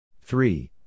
three